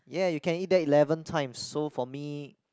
ya you can eat that eleven times so for me